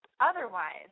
Otherwise